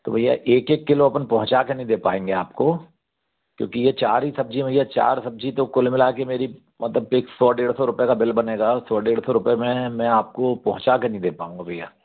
तो भैया एक एक किलो अपन पहुंचा के नहीं दे पाएंगे आपको क्योंकि ये चार ही सब्ज़ी हैं भैया चार सब्ज़ी तो कुल मिला के मेरी मतलब एक सौ डेढ़ सौ रुपये का बिल बनेगा सौ डेढ़ सौ रुपये में मैं आपको पहुंचा के नहीं दे पाऊँगा भैया